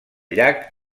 llac